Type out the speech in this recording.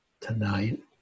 tonight